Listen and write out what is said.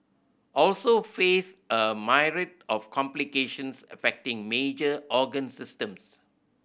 also face a myriad of complications affecting major organ systems